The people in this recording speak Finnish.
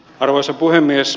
arvoisa puhemies